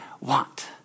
want